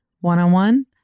one-on-one